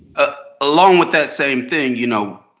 ah along with that same thing, you know